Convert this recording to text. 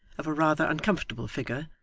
of a rather uncomfortable figure,